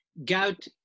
Gout